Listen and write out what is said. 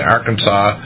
Arkansas